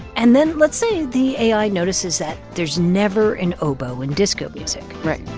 and then let's say the ai notices that there's never an oboe in disco music right